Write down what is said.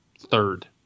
third